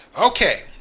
Okay